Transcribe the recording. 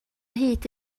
hyd